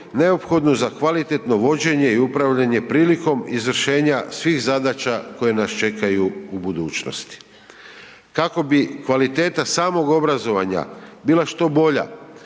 neophodnu za kvalitetno vođenje i upravljanje prilikom izvršenja svih zadaća koje nas čekaju u budućnosti. Kako bi kvaliteta samog obrazovanja bila što bolja,